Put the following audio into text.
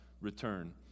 return